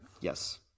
Yes